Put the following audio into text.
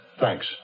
Thanks